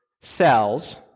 cells